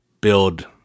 build